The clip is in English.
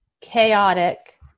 chaotic